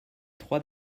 trois